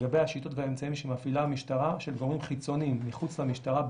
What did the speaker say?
לגבי השיטות והאמצעים שמפעילה המשטרה של גורמים חיצוניים מחוץ למשטרה,